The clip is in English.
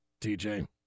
TJ